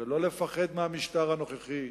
ולא לפחד מהמשטר הנוכחי.